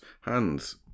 hands